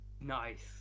Nice